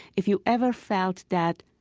if you ever felt that,